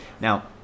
Now